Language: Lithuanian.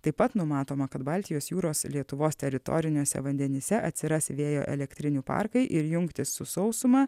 taip pat numatoma kad baltijos jūros lietuvos teritoriniuose vandenyse atsiras vėjo elektrinių parkai ir jungtys su sausuma